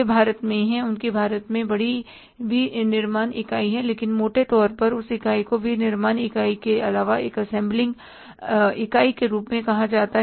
वे भारत में हैं उनकी भारत में बड़ी विनिर्माण इकाई है लेकिन मोटे तौर पर उस इकाई को विनिर्माण इकाई के अलावा एक असेंबलिंग इकाई के रूप में कहा जाता है